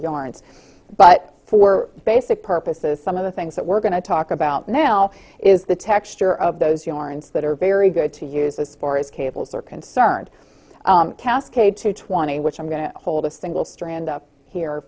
yarns but for basic purposes some of the things that we're going to talk about now is the texture of those you are into that are very good to use as far as cables are concerned cascade to twenty which i'm going to hold a single strand up here